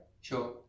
Sure